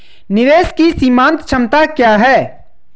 निवेश की सीमांत क्षमता क्या है?